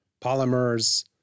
polymers